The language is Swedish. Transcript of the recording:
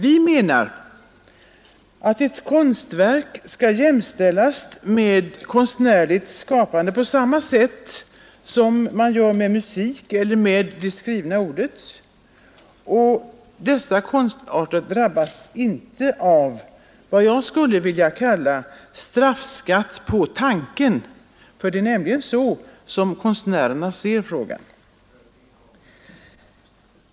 Vi menar att ett konstverk skall jämställas med annat konstnärligt skapande — med musik eller med det skrivna ordet, Dessa konstarter drabbas inte av vad jag skulle vilja kalla ”straffskatt på tanken”. Det är nämligen så konstnärerna ser frågan.